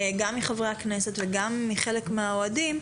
גם מחברי הכנסת וגם מחלק מהאוהדים,